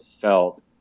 felt